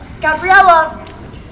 Gabriella